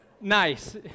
Nice